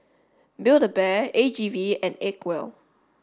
build A Bear A G V and Acwell